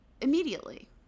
immediately